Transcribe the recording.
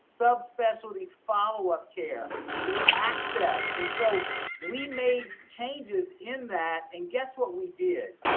subspecialty follow-up care, you know access. and so we made changes in that and guess what we did?